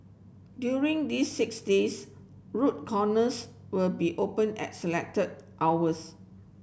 during these six days road will be open at selected hours